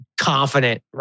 confident